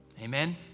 amen